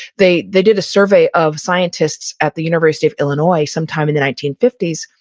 they they did a survey of scientists at the university of illinois sometime in the nineteen fifty s,